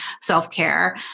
self-care